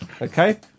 Okay